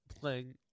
playing